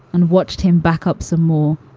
and watched him back up some more,